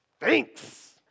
Thanks